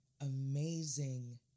amazing